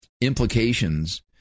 implications